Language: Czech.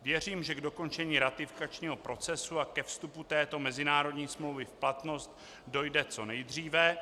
Věřím, že k dokončení ratifikačního procesu a ke vstupu této mezinárodní smlouvy v platnost dojde co nejdříve.